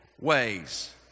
ways